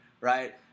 right